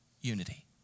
Unity